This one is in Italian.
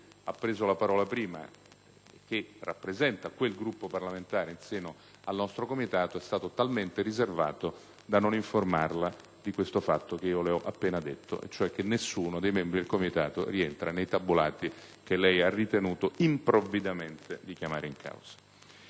ha preso la parola, e che rappresenta quel Gruppo parlamentare in seno al nostro Comitato, sia stato talmente riservato da non informare lo stesso senatore Li Gotti del fatto che gli ho appena ricordato, ossia che nessuno dei membri del Comitato rientra nei tabulati che egli ha ritenuto improvvidamente di chiamare in causa.